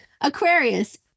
Aquarius